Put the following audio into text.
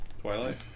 Twilight